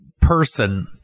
person